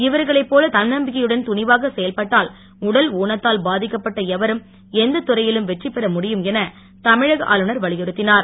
இவர்களை போல தன்னம்பிக்கையுடன் துணிவாக செயல்பட்டால் உடல் ஊனத்தால் பாதிக்கப்பட்ட எவரும் எந்த துறையிலும் வெற்றி பெற முடியும் என தமிழக ஆளுநர் வலியுறுத்தினார்